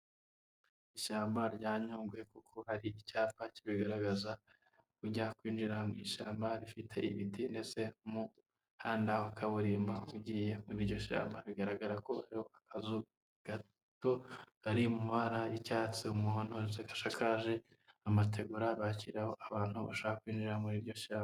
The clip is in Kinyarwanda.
Ishyamba rya Nyungwe kuko hari icyapa kibigaragaza ujya kwinjira mu ishyamba rifite ibiti ndetse n'umuhanda wa kaburimbo ugiye muri iryo shyamba, bigaragarako hariho akazu gato kari mu mabara y'icyatsi ,umuhondo ndetse gashakaje amategura ,bakiriraho abantu bashaka kwinjira muri iryo shyamba.